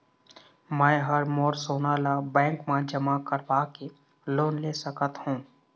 मैं हर मोर सोना ला बैंक म जमा करवाके लोन ले सकत हो?